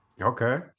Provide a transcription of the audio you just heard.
Okay